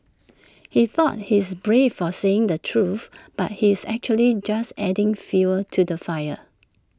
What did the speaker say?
he thought he's brave for saying the truth but he's actually just adding fuel to the fire